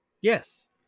Yes